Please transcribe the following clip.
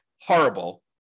horrible